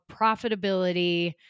profitability